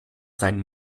sein